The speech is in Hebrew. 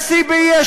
יש שיא באי-שוויון,